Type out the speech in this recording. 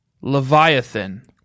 Leviathan